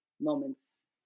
moments